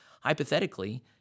Hypothetically